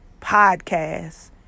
podcast